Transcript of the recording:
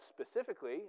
specifically